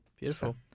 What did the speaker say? Beautiful